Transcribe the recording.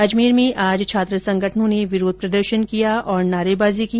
अजमेर में आज छात्र संगठनों ने विरोध प्रदर्शन किया और नारेबाजी की